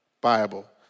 Bible